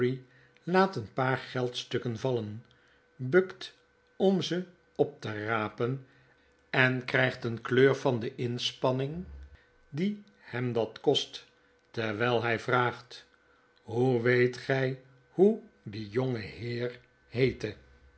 laat een paar geldstukken vallen bukt om ze op te rapen en krygt een kleur van de inspanning die hem dat kost terwijl hij vraagt hoe weet gy hoe die jongeheer heette